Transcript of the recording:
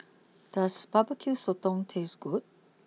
does barbecue Sotong taste good